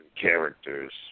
characters